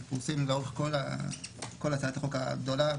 הם פרוסים לאורך כל הצעת החוק הגדולה,